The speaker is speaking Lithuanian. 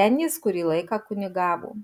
ten jis kurį laiką kunigavo